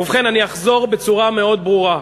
ובכן, אני אחזור בצורה מאוד ברורה.